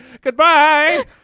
Goodbye